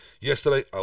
Yesterday